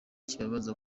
kibabaza